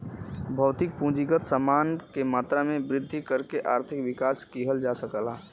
भौतिक पूंजीगत समान के मात्रा में वृद्धि करके आर्थिक विकास किहल जा सकला